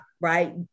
right